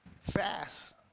Fast